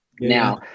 now